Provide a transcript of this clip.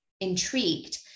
intrigued